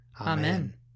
Amen